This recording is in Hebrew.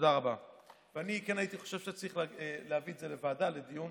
אני מבקש להעביר את הנושא לדיון